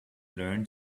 learn